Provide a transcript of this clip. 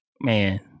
man